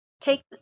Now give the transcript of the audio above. Take